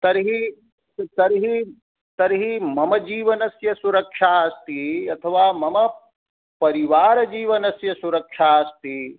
तर्हि तर्हि तर्हि मम जीवनस्य सुरक्षा अस्ति अथवा मम परिवारजीवनस्य सुरक्षा अस्ति